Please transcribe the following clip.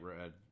red